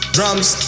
Drums